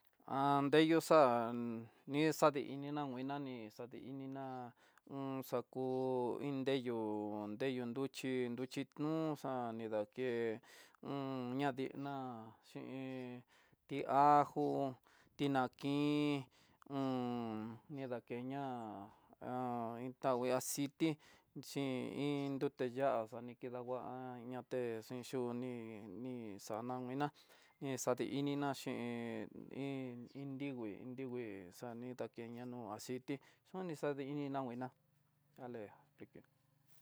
Han deyo xa'a ni xadi inina muina ní, xadi ininá xaku iin deyó'o, deyú nruxhi nruxhi no xa'á, nidake un ñadiiná xhin ti ajo, tinankin, un nidakeña ha iin tangui aciti, xhin iin nrute ya'á xa ni kidangua na té xhin yunii, ni xana miná ni xadi ininá xhin iin ndingui, dingui xani ta keña noa aciti xhon ni xadi ina nguiná salé.